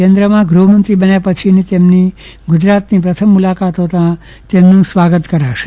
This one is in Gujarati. કેન્દ્રિય ગૃહમંત્રી બન્યા પછીની તેમની ગુજરાતની પ્રથમ મુલાકાત હોતા તેમનું સ્વાગત કરાશે